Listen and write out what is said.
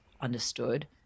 understood